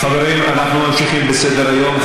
חברים, אנחנו ממשיכים בסדר-היום.